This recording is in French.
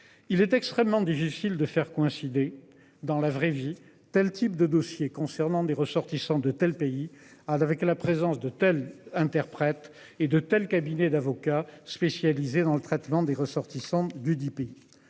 Il est extrêmement difficile de faire coïncider dans la vraie vie, tel type de dossiers concernant des ressortissants de tels pays avec la présence de tels interprètes et de tels cabinets d'avocats spécialisé dans le traitement des ressortissants dudit pays